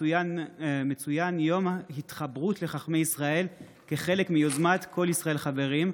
מצוין יום ההתחברות לחכמי ישראל כחלק מיוזמת כל ישראל חברים,